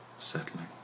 settling